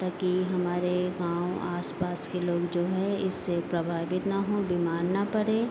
ताकि हमारे गाँव आस पास के लोग जो है इससे प्रभावित ना हों बिमार ना पड़ें